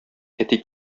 әти